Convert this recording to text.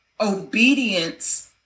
obedience